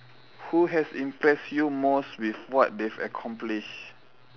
who has impressed you most with what they've accomplished